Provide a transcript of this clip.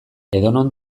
edonon